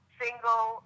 single